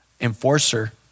enforcer